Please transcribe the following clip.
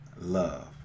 love